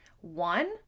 One